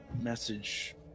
message